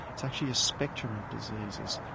it's actually a spectrum of diseases.